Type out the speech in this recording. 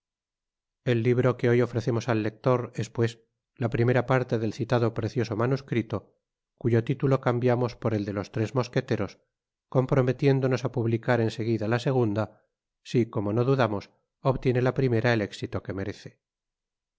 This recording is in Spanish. el libro que hoy ofrecemos al lector es pues la primera parte del citado precioso manuscrito cuyo titulo cambiamos por el de los tres mosqueteros comprometiéndonos á publicar en seguida la segunda si como no dudamos obtiene la primera el éxito que merece